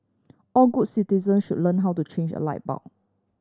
all good citizen should learn how to change a light bulb